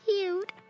cute